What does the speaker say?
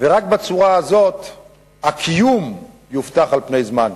ורק בצורה הזאת הקיום יובטח על פני זמן.